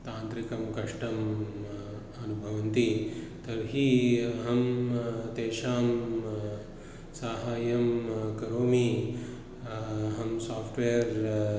तान्त्रिककष्टम् अनुभवन्ति तर्हि अहं तेषां साहाय्यं करोमि अहं साफ़्ट्वेर्